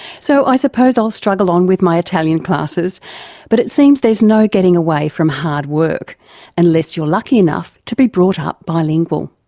so i suppose i'll struggle on with my italian classes but it seems there's no getting away from hard work unless you're lucky enough to be brought up bilingual.